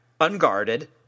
unguarded